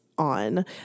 On